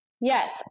Yes